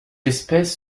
espèce